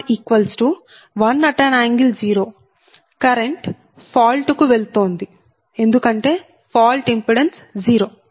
ఈ voltage V401∠0 current fault కు వెళుతోంది ఎందుకంటే ఫాల్ట్ ఇంపిడెన్స్ 0